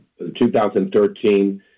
2013